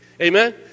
Amen